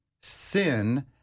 sin